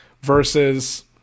versus